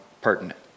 pertinent